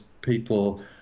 people